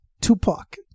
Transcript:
Tupac